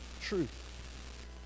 Truth